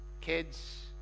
kids